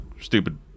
stupid